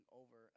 over